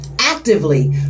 actively